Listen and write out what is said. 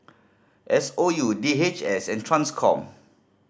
S O U D H S and Transcom